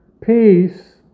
peace